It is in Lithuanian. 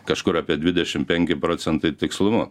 kažkur apie dvidešim penki procentai tikslumu